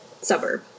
suburb